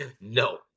no